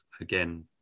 again